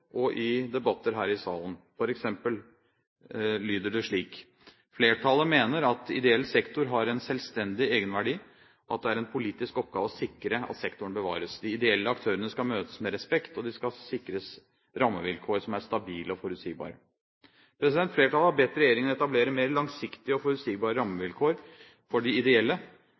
og i debatter her i salen. For eksempel lyder det slik: «Flertallet mener at ideell sektor har en selvstendig egenverdi, at det er en politisk oppgave å sikre at sektoren bevares.» «De ideelle aktørene skal møtes med respekt og de skal sikres rammevilkår som er stabile og forutsigbare.» Flertallet har bedt regjeringen etablere mer langsiktige rammevilkår for de ideelle.